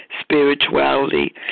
spirituality